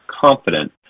confident